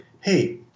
hey